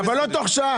אבל לא תוך שעה.